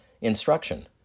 instruction